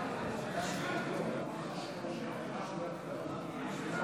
בהצבעה להלן תוצאות ההצבעה: 42